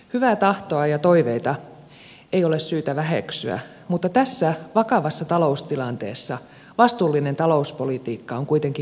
hyvää tahtoa ja toiveita ei ole syytä väheksyä mutta tässä vakavassa taloustilanteessa vastuullinen talouspolitiikka on kuitenkin kaiken a ja o